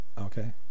Okay